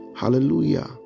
Hallelujah